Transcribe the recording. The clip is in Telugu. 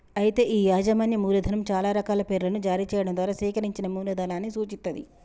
అయితే ఈ యాజమాన్యం మూలధనం చాలా రకాల పేర్లను జారీ చేయడం ద్వారా సేకరించిన మూలధనాన్ని సూచిత్తది